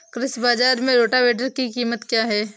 कृषि बाजार में रोटावेटर की कीमत क्या है?